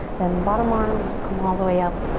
then, bottom arm will come all the way up.